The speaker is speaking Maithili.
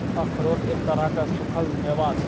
अखरोट एक तरहक सूक्खल मेवा छै